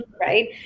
right